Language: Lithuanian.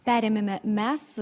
perėmėme mes